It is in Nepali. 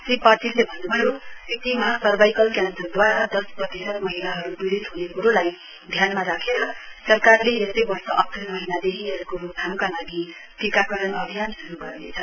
श्री पाटिलले भन्नुभयो सिक्किममा सर्वाइकल क्यान्सरदवारा दश प्रतिशत महिलाहरु पीड़ित हने क्रोलाई ध्यानमा राखेर सरकारले यसै वर्ष अप्रेल महिनादेखि यसको रोकथामका लागि टीकाकरण अभियान शुरु गर्नेछ